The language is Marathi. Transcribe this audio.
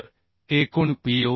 तर एकूण PU